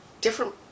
different